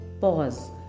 pause